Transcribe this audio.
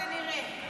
כנראה.